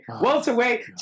welterweight